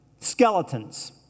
Skeletons